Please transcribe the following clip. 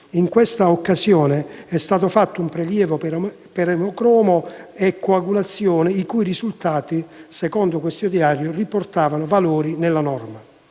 In questa occasione è stato fatto un prelievo per emocromo e coagulazione, i cui risultati, secondo questo diario, riportavano valori nella norma.